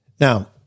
Now